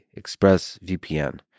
ExpressVPN